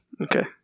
Okay